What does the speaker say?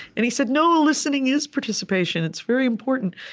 and he said, no, listening is participation. it's very important.